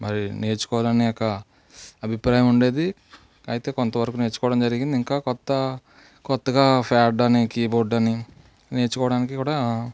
మరి నేర్చుకోవాలనేక అభిప్రాయం ఉండేది అయితే కొంతవరకు నేర్చుకోవడం జరిగింది ఇంకా కొత్త కొత్తగా ఫ్యాడ్ అని కీబోర్డ్ అని నేర్చుకోవడానికి కూడా